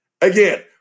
Again